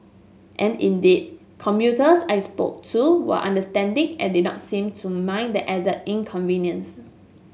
and indeed commuters I spoke to were understanding and did not seem to mind the added inconvenience